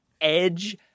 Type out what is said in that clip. Edge